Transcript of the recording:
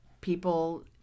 people